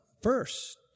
first